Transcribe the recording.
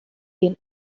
den